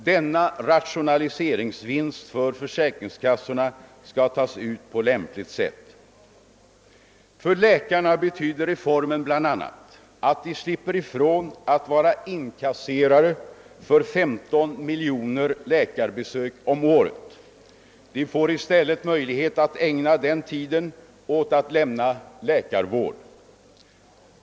Denna rationaliseringsvinst för försäkringskassorna skall tas ut på lämpligt sätt. För läkarna betyder reformen bl.a. att de slipper ifrån att vara inkasserare för 15 miljoner läkarbesök om året — de får i stället möjlighet att ägna den tiden åt att lämna läkarvård.